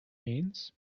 means